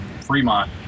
Fremont